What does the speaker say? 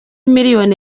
miliyoni